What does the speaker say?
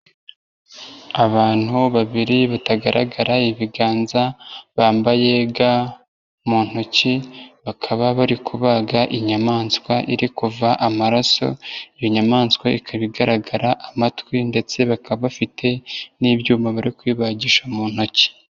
Abantu babiri batagaragara ibiganza, bambaye ga mu ntoki, bakaba bari kubaga inyamaswa iri kuva amaraso, iyo nyamaswa ikaba igaragara amatwi ndetse bakaba bafite n'ibyuma bari kuyibagisha mu ntoki.